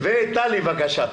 טלי בבקשה.